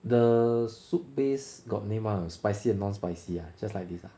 the soup base got name one spicy and non spicy ah just like this ah